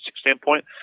standpoint